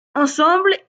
ensemble